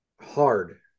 hard